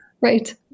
right